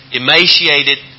Emaciated